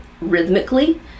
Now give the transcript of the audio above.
rhythmically